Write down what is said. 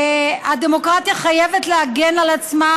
הדמוקרטיה חייבת להגן על עצמה,